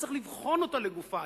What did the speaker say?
וצריך לבחון אותה לגופה.